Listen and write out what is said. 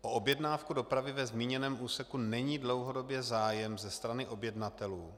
O objednávku dopravy ve zmíněném úseku není dlouhodobě zájem ze strany objednatelů.